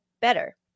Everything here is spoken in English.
better